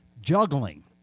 juggling